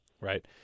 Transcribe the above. Right